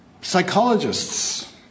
psychologists